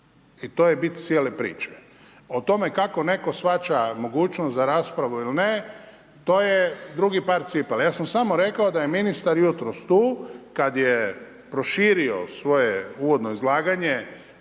I to je bit cijele priče. O tome kako netko shvaća mogućnost za raspravu ili ne, to je drugi par cipela. Ja sam samo rekao da je ministar jutros tu kada je proširio svoje uvodno izlaganje